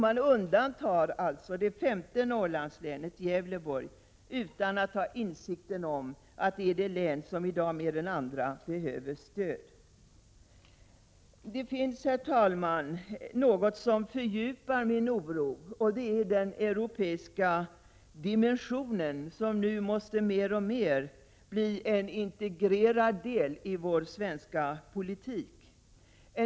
Man undantar alltså det femte Norrlandslänet, Gävleborg, utan att ha insikten om att detta län mer än andra behöver stöd. Det finns, herr talman, någonting som fördjupar min oro, och det är den europeiska dimensionen, som nu mer och mer måste bli en integrerad del i vår svenska politik.